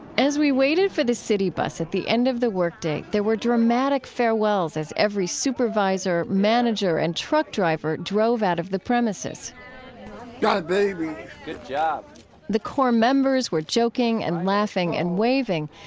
as we waited for the city bus at the end of the workday, there were dramatic farewells as every supervisor, manager, and truck driver drove out of the premises ah yeah the core members were joking and laughing and waving.